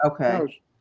Okay